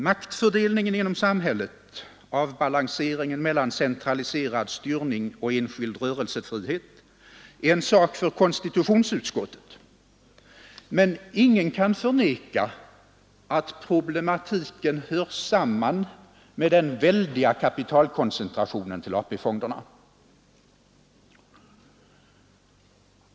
Maktfördelningen inom samhället, avbalanseringen mellan centraliserad styrning och enskild rörelsefrihet är en sak för konstitutionsutskottet, men ingen kan förneka att problematiken hör samman med den väldiga kapitalkoncentrationen till AP-fonderna.